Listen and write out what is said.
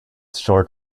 short